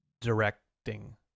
directing